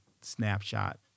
snapshot